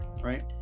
right